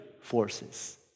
forces